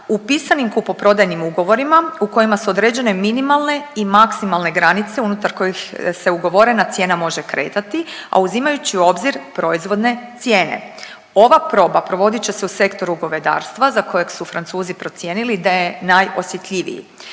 u pisanim kupoprodajnim ugovorima u kojima su određene minimalne i maksimalne granice unutar kojih se ugovorena cijena može kretati, a uzimajući u obzir proizvodne cijene. Ova proba provodit će se u sektoru govedarstva za kojeg su Francuzi procijenili da je najosjetljiviji.